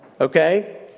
Okay